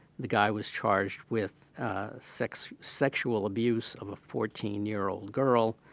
the guy was charged with sex sexual abuse of a fourteen year old girl.